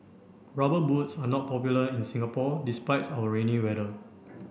rubber boots are not popular in Singapore despite our rainy weather